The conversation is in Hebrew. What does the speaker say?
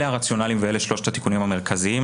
אלה הרציונליים ואלה שלושת התיקונים המרכזיים.